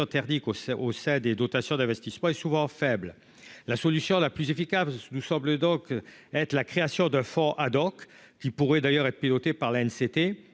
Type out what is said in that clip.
au c'est au c'est des dotations d'investissement est souvent faible, la solution la plus efficace, nous semble donc être la création de fonds Haddock qui pourrait d'ailleurs être pilotée par la